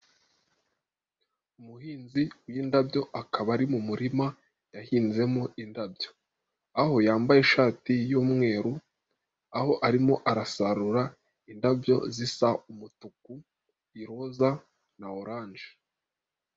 Umuhinzi w'indabyo akaba ari mumurima yahinzemo indabyo aho yambaye ishati y'umweru aho arimo arasarura indabyo zisa umutuku iroza na oranje.